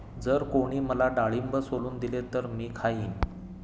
जर कोणी मला डाळिंब सोलून दिले तर मी खाईन